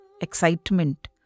excitement